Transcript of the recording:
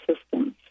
systems